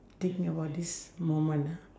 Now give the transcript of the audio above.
think about this moment ah